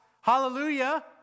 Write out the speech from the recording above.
Hallelujah